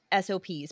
SOPs